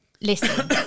listen